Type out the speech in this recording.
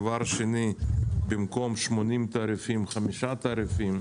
ובמקום 80 תעריפים חמישה תעריפים.